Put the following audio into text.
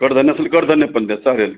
कडधान्य असेल कडधान्य पण द्या चालेल